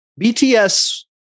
BTS